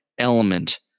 Element